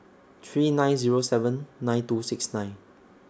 three nine Zero seven nine two six nine